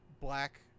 black